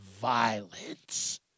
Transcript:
violence